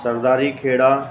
Sardarikhera